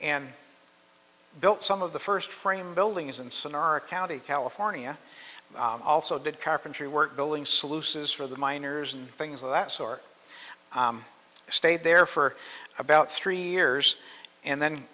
and built some of the first frame buildings and sonora county california also did carpentry work building solutions for the miners and things of that sort stayed there for about three years and then